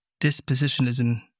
dispositionism